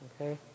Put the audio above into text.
Okay